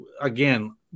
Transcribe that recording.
again